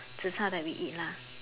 zi char that we eat lah